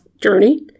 journey